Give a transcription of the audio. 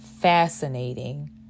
fascinating